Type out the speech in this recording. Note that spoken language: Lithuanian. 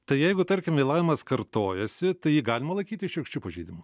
tai jeigu tarkim vėlavimas kartojasi tai jį galima laikyti šiurkščiu pažeidimu